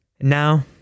Now